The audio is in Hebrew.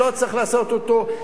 לא צריך לעשות אותו,